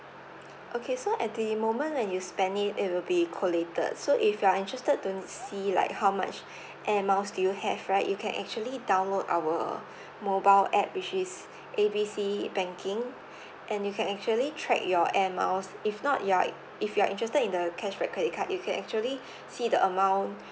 okay so at the moment when you spend it it will be collated so if you are interested to see like how much air miles do you have right you can actually download our mobile app which is A B C banking and you can actually track your air miles if not you are if you are interested in the cashback credit card you can actually see the amount